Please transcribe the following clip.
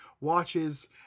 watches